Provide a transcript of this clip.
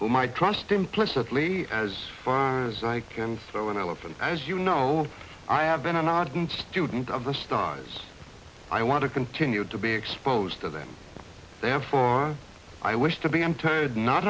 my trust implicitly as far as i can throw an elephant as you know i have been an ardent student of the stars i want to continue to be exposed to them therefore i wish to be interred not